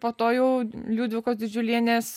po to jau liudviko didžiulienės